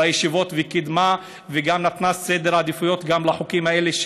וקידמה ונתנה עדיפות גם לחוקים האלה,